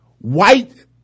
White